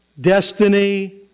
destiny